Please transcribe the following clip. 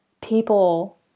people